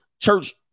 church